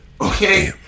okay